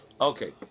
Okay